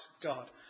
God